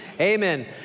Amen